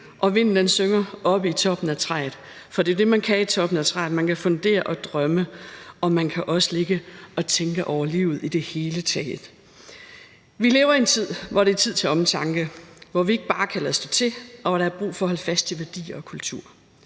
og vinden synger oppe i toppen af træet, for det er det, man kan i toppen af træerne: Man kan fundere og drømme, og man kan også ligge og tænke over livet i det hele taget. Vi lever i en tid, hvor det er tid til omtanke, hvor vi ikke bare kan lade stå til, og hvor der er brug for at holde fast i værdier og kultur